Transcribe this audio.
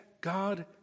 God